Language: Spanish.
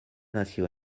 nació